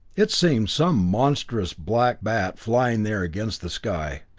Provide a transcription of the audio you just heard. it seemed some monstrous black bat flying there against the sky,